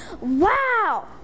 Wow